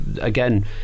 again